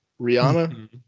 Rihanna